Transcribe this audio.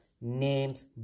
names